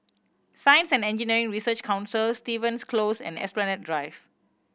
Science and Engineering Research Council Stevens Close and Esplanade Drive